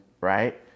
right